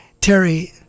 Terry